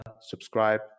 subscribe